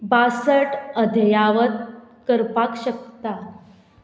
बासट अध्यावत करपाक शकता